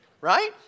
Right